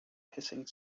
hissing